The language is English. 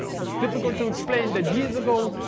it's difficult to explain that years ago,